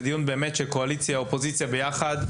זה דיון של קואליציה ואופוזיציה ביחד,